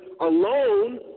alone